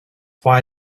why